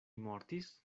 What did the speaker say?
mortis